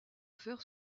faire